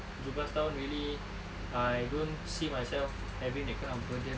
tujuh belas tahun really I don't see myself having that kind of burden